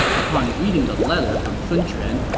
upon reading the letter from sun quan,